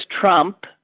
Trump